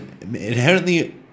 inherently